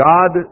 God